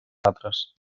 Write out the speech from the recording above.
altres